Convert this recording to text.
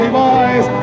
boys